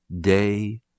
day